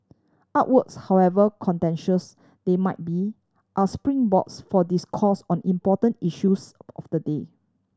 artworks however contentious they might be are springboards for discourse on important issues of the day